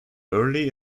early